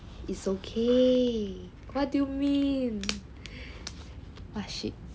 it's okay what do you mean !wah! shit